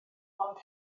ond